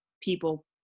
people